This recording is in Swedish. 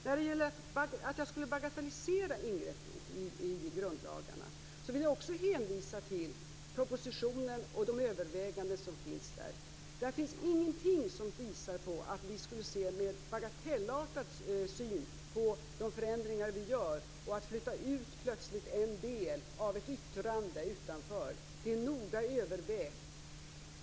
När det gäller att jag skulle bagatellisera ingreppet i grundlagarna vill jag hänvisa till propositionen och de överväganden som finns där. Där finns ingenting som visar på att vi skulle se de förändringar vi gör som bagatellartade och plötsligt flytta ut en del av ett yttrande utanför. Det är noga övervägt.